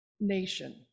nation